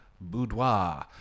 boudoir